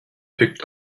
picked